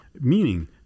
meaning